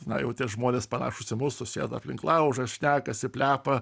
na jau tie žmonės panašūs į mus susėda aplink laužą šnekasi plepa